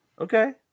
Okay